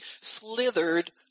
slithered